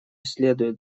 следует